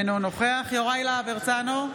אינו נוכח יוראי להב הרצנו,